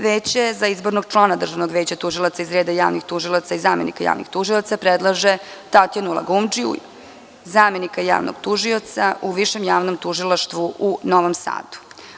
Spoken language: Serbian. Veće za izbornog člana Državnog veća tužilaca iz reda javnih tužilaca i zamenika javnih tužilaca predlaže Tatjanu Lagundžiju, zamenika javnog tužioca u Višem javnom tužilaštvu u Novom Sadu.